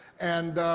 and,